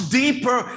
deeper